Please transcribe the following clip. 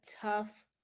tough